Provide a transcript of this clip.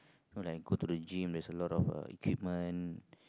know like go to the gym there's a lot of uh equipment